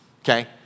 Okay